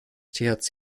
thc